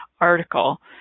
article